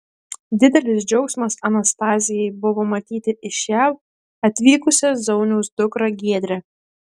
didelis džiaugsmas anastazijai buvo matyti iš jav atvykusią zauniaus dukrą giedrę